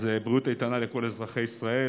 אז בריאות איתנה לכל אזרחי ישראל.